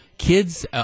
Kids